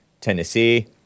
Tennessee